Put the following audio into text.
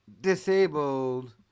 Disabled